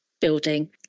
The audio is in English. building